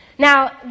Now